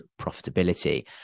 profitability